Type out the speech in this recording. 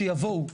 שיבואו.